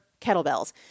kettlebells